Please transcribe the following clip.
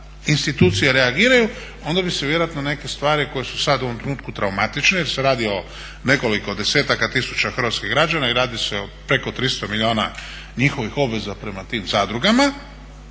institucije reagiraju, onda bi se vjerojatno neke stvari koje su sad u ovom trenutku traumatične jer se radi o nekoliko desetaka tisuća hrvatskih građana i radi se o preko 300 milijuna njihovih obveza prema tim zadrugama,